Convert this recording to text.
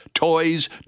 toys